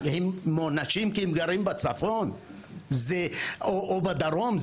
הם מוענשים כי הם גרים בצפון או בדרום?